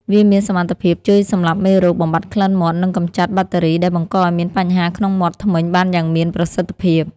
វាមានសមត្ថភាពជួយសម្លាប់មេរោគ បំបាត់ក្លិនមាត់ និងកម្ចាត់បាក់តេរីដែលបង្កឲ្យមានបញ្ហាក្នុងមាត់ធ្មេញបានយ៉ាងមានប្រសិទ្ធភាព។